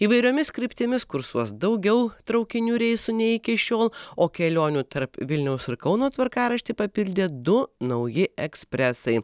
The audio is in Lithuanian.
įvairiomis kryptimis kursuos daugiau traukinių reisų nei iki šiol o kelionių tarp vilniaus ir kauno tvarkaraštį papildė du nauji ekspresai